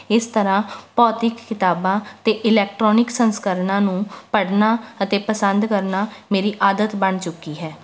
ਇਸ ਤਰ੍ਹਾਂ ਭੌਤਿਕ ਕਿਤਾਬਾਂ ਅਤੇ ਇਲੈਕਟ੍ਰੋਨਿਕ ਸੰਸਕਰਣਾਂ ਨੂੰ ਪੜ੍ਹਨਾ ਅਤੇ ਪਸੰਦ ਕਰਨਾ ਮੇਰੀ ਆਦਤ ਬਣ ਚੁੱਕੀ ਹੈ